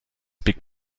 big